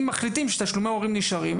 אם מחליטים שתשלומי הורים נשארים,